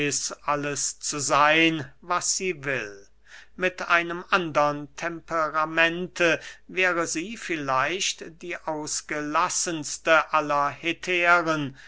alles zu seyn was sie will mit einem andern temperamente wäre sie vielleicht die ausgelassenste